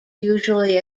usually